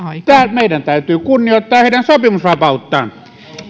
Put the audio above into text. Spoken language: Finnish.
meidän täytyy kunnioittaa heidän sopimusvapauttaan